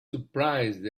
surprised